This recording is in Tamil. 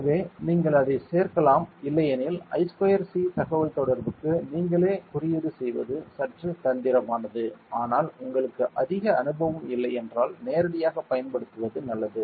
எனவே நீங்கள் அதைச் சேர்க்கலாம் இல்லையெனில் I ஸ்கொயர் C தகவல்தொடர்புக்கு நீங்களே குறியீடு செய்வது சற்று தந்திரமானது ஆனால் உங்களுக்கு அதிக அனுபவம் இல்லையென்றால் நேரடியாகப் பயன்படுத்துவது நல்லது